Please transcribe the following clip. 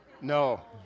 No